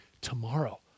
tomorrow